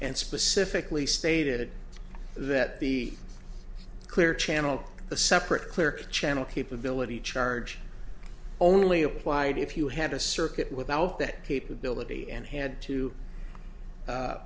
and specifically stated that the clear channel the separate clear channel capability charge only applied if you had a circuit without that capability and had to